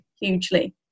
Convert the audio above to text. hugely